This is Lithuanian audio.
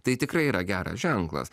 tai tikrai yra geras ženklas